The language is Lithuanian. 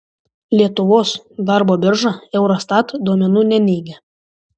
lietuvos darbo birža eurostat duomenų neneigia